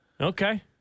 Okay